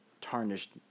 tarnished